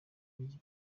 mujyi